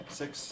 six